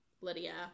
Lydia